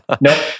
Nope